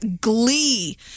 glee